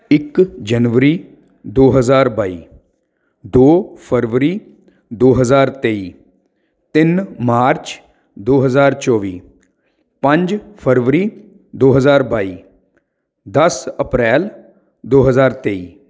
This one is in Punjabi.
ਇਕ ਜਨਵਰੀ ਦੋ ਹਜ਼ਾਰ ਬਾਈ ਦੋ ਫਰਵਰੀ ਦੋ ਹਜ਼ਾਰ ਤੇਈ ਤਿੰਨ ਮਾਰਚ ਦੋ ਹਜ਼ਾਰ ਚੌਵੀ ਪੰਜ ਫਰਵਰੀ ਦੋ ਹਜ਼ਾਰ ਬਾਈ ਦਸ ਅਪ੍ਰੈਲ ਦੋ ਹਜ਼ਾਰ ਤੇਈ